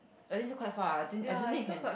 I think still quite far I think I don't think you can